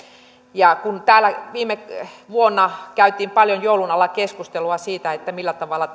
kun täällä viime vuonna käytiin paljon joulun alla keskustelua siitä millä tavalla